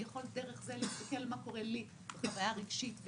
להסתכל מה קורה לי בחוויה הרגשית,